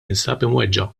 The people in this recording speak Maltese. jinsab